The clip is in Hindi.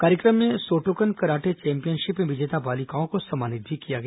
कार्यक्रम में सोटोकन कराटे चैंपियनशिप में विजयी बालिकाओं को सम्मानित भी किया गया